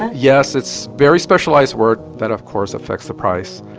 yes, it's very specialized work that of course affects the price,